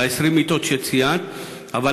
חושב שהצעד לצמצום פערים הוא חשוב.